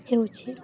ହେଉଛି